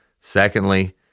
Secondly